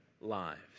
lives